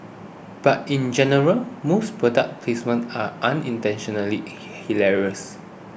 but in general most product placements are unintentionally hilarious